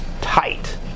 tight